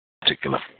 particular